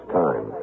time